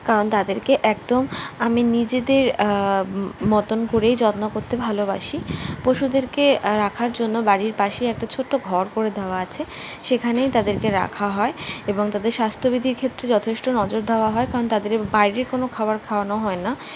কারণ তাদেরকে একদম আমি নিজেদের মতন করেই যত্ন করতে ভালবাসি পশুদেরকে রাখার জন্য বাড়ির পাশেই একটা ছোট্ট ঘর করে দেওয়া আছে সেখানেই তাদেরকে রাখা হয় এবং তাদের স্বাস্থ্যবিধির ক্ষেত্রে যথেষ্ঠ নজর দেওয়া হয় কারণ তাদের বাইরের কোনো খাবার খাওয়ানো হয় না